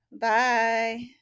Bye